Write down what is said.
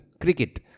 cricket